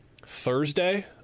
thursday